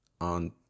On